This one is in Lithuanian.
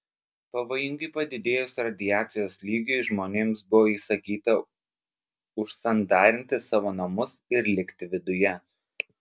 pavojingai padidėjus radiacijos lygiui žmonėms buvo įsakyta užsandarinti savo namus ir likti viduje